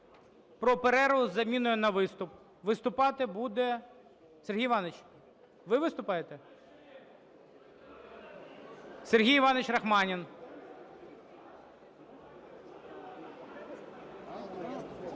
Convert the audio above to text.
про перерву з заміною на виступ. Виступати буде… Сергій Іванович, ви виступаєте? Сергій Іванович Рахманін.